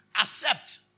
accept